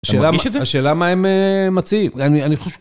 השאלה, אתה מרגיש את זה? השאלה מה הם מציעים, אני חושב...